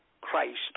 Christ